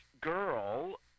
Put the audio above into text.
girl